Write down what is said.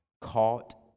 caught